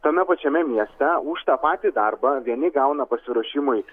tame pačiame mieste už tą patį darbą vieni gauna pasiruošimui